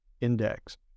index